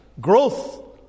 growth